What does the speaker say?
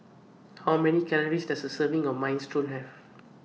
How Many Calories Does A Serving of Minestrone Have